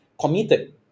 committed